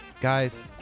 guys